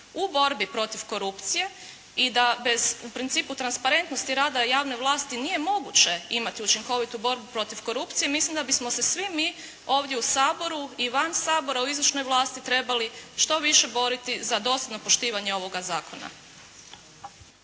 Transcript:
u borbi protiv korupcije i da bez u principu transparentnosti rada javne vlasti nije moguće imati učinkovitu borbu protiv korupcije, mislim da bismo se svi mi ovdje u Saboru i van Sabora u izvršnoj vlasti trebali što više boriti za dostojno poštivanje ovoga zakona.